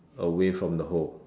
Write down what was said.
away from the hole